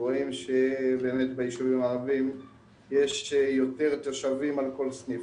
רואים שבאמת ביישובים הערביים יש יותר תושבים על כל סניף,